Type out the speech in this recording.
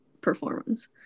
performance